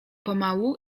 pomału